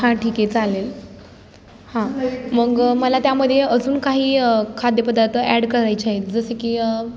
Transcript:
हां ठीक आहे चालेल हां मग मला त्यामध्ये अजून काही खाद्यपदार्थ ॲड करायचे आहेत जसे की